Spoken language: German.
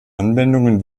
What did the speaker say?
anwendungen